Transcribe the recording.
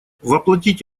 воплотить